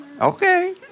okay